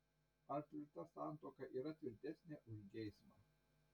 ar tvirta santuoka yra tvirtesnė už geismą